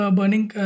burning